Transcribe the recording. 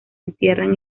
entierran